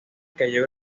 cayó